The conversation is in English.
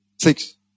Six